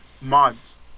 mods